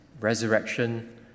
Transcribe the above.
resurrection